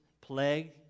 plague